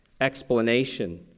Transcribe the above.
explanation